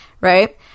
right